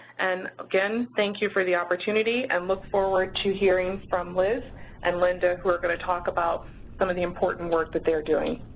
and again, thank you for the opportunity and look forward to hearing from liz and linda who are going to talk about some of the important work that they're doing.